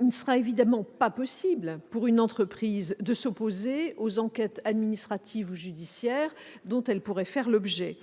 il ne sera évidemment pas possible pour une entreprise de s'opposer aux enquêtes administratives ou judiciaires dont elle pourrait faire l'objet.